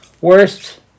Worst